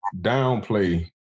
downplay